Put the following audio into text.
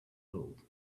old